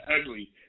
ugly